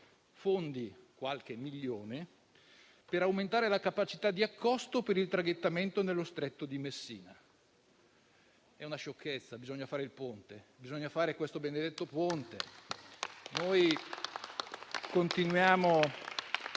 fondi (qualche milione) per aumentare la capacità di accosto per il traghettamento nello Stretto di Messina. È una sciocchezza: bisogna fare il ponte; bisogna fare questo benedetto ponte!